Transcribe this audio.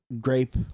grape